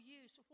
use